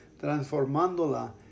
transformándola